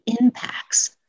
impacts